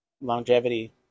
longevity